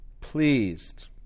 pleased